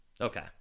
Okay